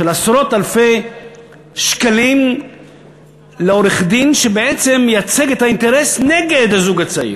של עשרות אלפי שקלים לעורך-דין שבעצם מייצג את האינטרס שנגד הזוג הצעיר.